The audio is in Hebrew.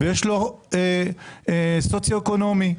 ויש לו דירוג סוציו-אקונומי.